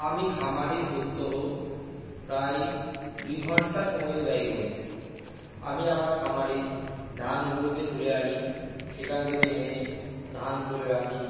আমি খামারে প্রত্যহ প্রায় দু ঘন্টা সময় ব্যয় করি আমি আমার খামারে ধানগুলোকে তুলে আনি সেখান থেকে এনে ধান তুলে রাখি